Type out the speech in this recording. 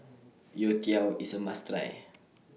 Youtiao IS A must Try